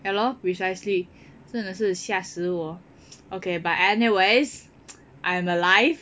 ya lor precisely 真的是吓死我 ok but anyways I am alive